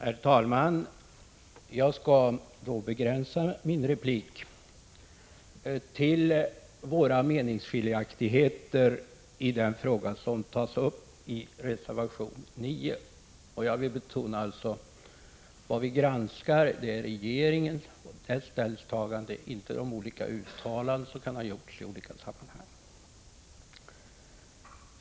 Herr talman! Jag skall begränsa min replik till våra meningsskiljaktigheter i den fråga som tas upp i reservation 9. Jag vill betona att vad vi granskar är regeringens ställningstagande, inte de olika uttalanden som har gjorts i olika sammanhang.